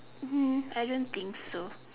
mmhmm I don't think so